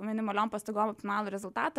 minimaliom pastangom maksimalų rezultatą